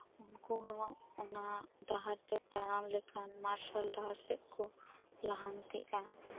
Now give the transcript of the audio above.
ᱩᱱᱠᱩ ᱦᱚᱸ ᱚᱱᱟ ᱰᱟᱦᱟᱨ ᱛᱮ ᱛᱟᱲᱟᱢ ᱞᱮᱠᱷᱟᱱ ᱢᱟᱨᱥᱟᱞ ᱰᱟᱦᱟᱨ ᱥᱮᱱ ᱠᱚ ᱞᱟᱦᱟᱱᱛᱤᱜᱼᱟ